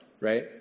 right